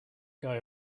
guy